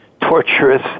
torturous